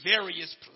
various